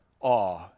awe